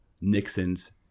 Nixon's